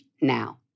Now